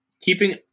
keeping